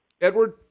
Edward